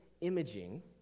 imaging